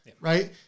right